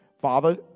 Father